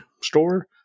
store